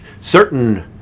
Certain